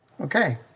Okay